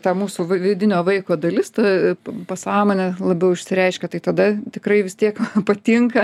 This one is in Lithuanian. ta mūsų vidinio vaiko dalis ta p pasąmonė labiau išsireiškia tai tada tikrai vis tiek patinka